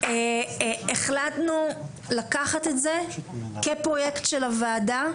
החלטנו לקחת את זה כפרוייקט של הוועדה,